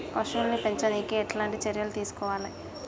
పశువుల్ని పెంచనీకి ఎట్లాంటి చర్యలు తీసుకోవాలే?